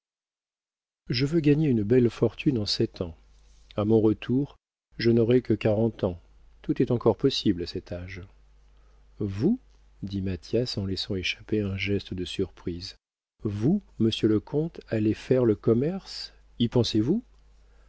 je veux gagner une belle fortune en sept ans a mon retour je n'aurai que quarante ans tout est encore possible à cet âge vous dit mathias en laissant échapper un geste de surprise vous monsieur le comte aller faire le commerce y pensez-vous